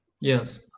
yes